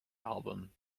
album